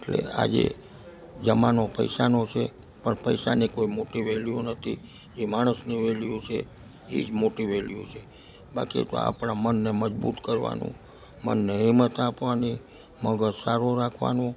એટલે આજે જમાનો પૈસાનો છે પણ પૈસાની કોઈ મોટી વેલ્યૂ નથી ઇ માણસની વેલ્યૂ છે ઈજ મોટી વેલ્યૂ છે બાકી તો આપણા મનને મજબૂત કરવાનું મનને હિંમત આપવાની મગજ સારું રાખવાનું